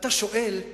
ואתה שואל,